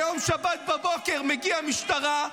ביום שבת בבוקר מגיעה משטרה,